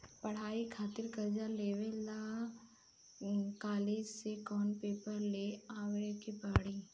पढ़ाई खातिर कर्जा लेवे ला कॉलेज से कौन पेपर ले आवे के पड़ी?